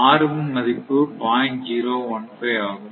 015 ஆகும்